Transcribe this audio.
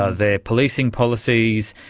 ah their policing policies,